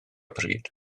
pryd